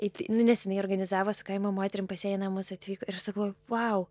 nu nes jinai organizavo su kaimo moterim pas ją į namus atvyko ir sakau wow